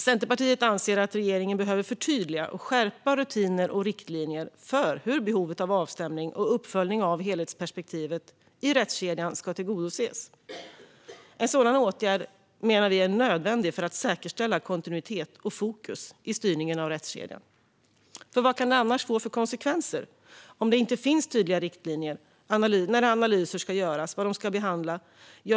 Centerpartiet anser att regeringen behöver förtydliga och skärpa rutiner och riktlinjer för hur behovet av avstämning och uppföljning av helhetsperspektivet i rättskedjan ska tillgodoses. En sådan åtgärd menar vi är nödvändig för att säkerställa kontinuitet och fokus i styrningen av rättskedjan. Vad kan det få för konsekvenser om det inte finns tydliga riktlinjer när avstämningar och analyser ska göras för vad de ska behandla?